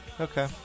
Okay